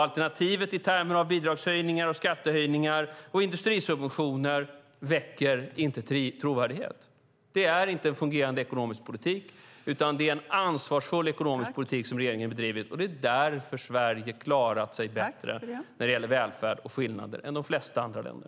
Alternativet i termer av bidragshöjningar, skattehöjningar och industrisubventioner väcker inte trovärdighet. Det är inte en fungerande ekonomisk politik. Det är en ansvarsfull ekonomisk politik som regeringen bedrivit. Det är därför som Sverige har klarat sig bättre när det gäller välfärd och skillnader än de flesta andra länder.